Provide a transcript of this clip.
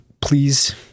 please